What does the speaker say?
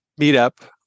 meetup